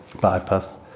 bypass